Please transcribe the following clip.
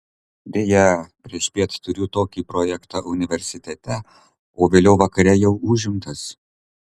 deja priešpiet turiu tokį projektą universitete o vėliau vakare jau užimtas